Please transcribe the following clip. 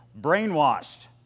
Brainwashed